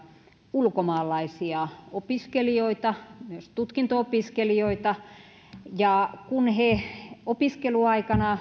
ulkomaalaisia opiskelijoita myös tutkinto opiskelijoita kun he opiskeluaikana